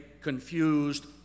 confused